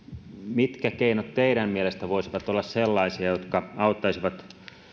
mitkä keinot teidän mielestänne voisivat olla sellaisia jotka auttaisivat